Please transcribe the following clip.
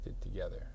together